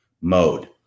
mode